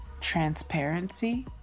transparency